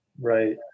right